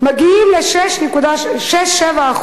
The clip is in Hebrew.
מדברים על 6% 7%,